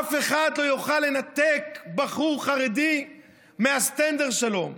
אף אחד לא יוכל לנתק בחור חרדי מהסטנדר שלו.